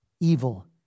evil